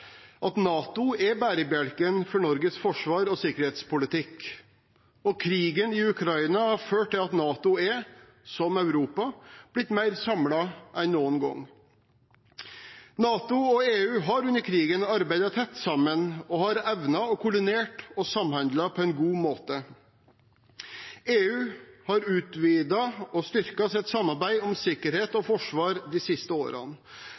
at NATO er bærebjelken for Norges forsvars- og sikkerhetspolitikk, og krigen i Ukraina har ført til at NATO, som Europa, er blitt mer samlet enn noen gang. NATO og EU har under krigen arbeidet tett sammen og har evnet å koordinere og samhandle på en god måte. EU har utvidet og styrket sitt samarbeid om sikkerhet og forsvar de siste årene.